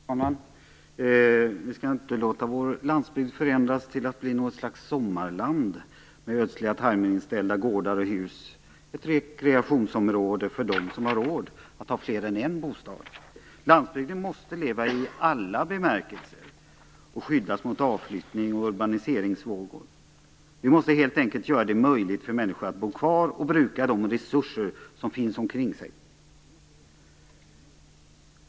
Herr talman! Vi skall inte låta vår landsbygd förändras till att bli något slags sommarland med ödsliga timerinställda gårdar och hus, ett rekreationsområde för dem som har råd att ha fler än en bostad. Landsbygden måste leva i alla bemärkelser och skyddas mot avflyttning och urbaniseringsvågor. Vi måste helt enkelt göra det möjligt för människor att bo kvar och bruka de resurser som finns omkring dem.